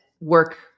work